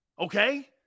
Okay